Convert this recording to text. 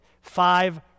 Five